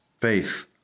Faith